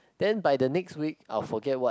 then by the next week I'll forget what